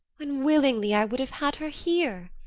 when willingly i would have had her here!